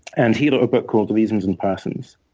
and he wrote a book called reasons and persons,